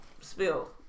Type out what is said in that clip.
spill